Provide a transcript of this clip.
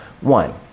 One